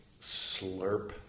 slurp